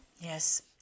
Yes